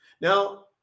Now